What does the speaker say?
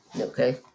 Okay